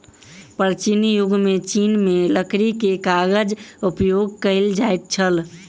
प्राचीन युग में चीन में लकड़ी के कागज उपयोग कएल जाइत छल